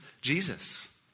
Jesus